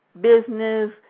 business